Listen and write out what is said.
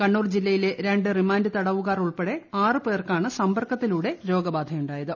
കണ്ണൂർ ജില്ലയിലെ രണ്ട് റിമാന്റ് തടവുകാർ ഉൾപ്പെടെ ആറ് പേർക്കാണ് സമ്പർക്കത്തിലൂടെ രോഗബാധയുണ്ടായത്